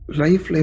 life